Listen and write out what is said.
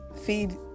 feed